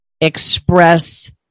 express